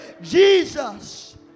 Jesus